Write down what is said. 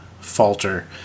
falter